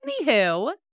Anywho